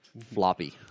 Floppy